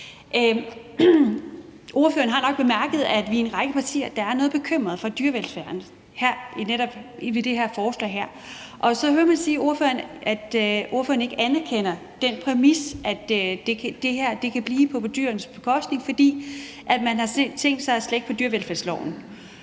Ordføreren har nok bemærket, at vi er en række partier, der er noget bekymrede for dyrevelfærden i forbindelse med det her lovforslag, og så hører jeg ordføreren sige, at ordføreren ikke anerkender den præmis, at det her kan blive på dyrenes bekostning, fordi man har tænkt sig at slække på dyrevelfærdsloven.